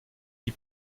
die